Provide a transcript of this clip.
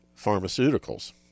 pharmaceuticals